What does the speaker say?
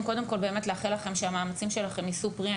לאחל לכם שהמאמצים שלכם יישאו פרי.